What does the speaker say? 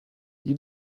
you